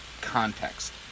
context